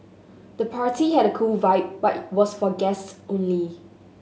the party had a cool vibe but was for guests only